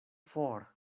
for